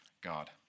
God